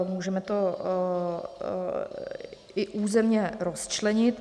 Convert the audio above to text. Můžeme to i územně rozčlenit.